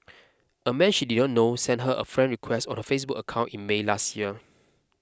a man she did not know sent her a friend request on her Facebook account in May last year